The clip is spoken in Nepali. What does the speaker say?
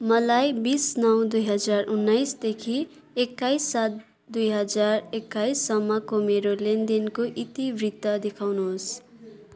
मलाई बिस नौ दुई हजार उन्नाइसदेखि एक्काइस सात दुई हजार एक्काइससम्मको मेरो लेनदेनको इतिवृत्त देखाउनुहोस्